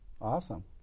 Awesome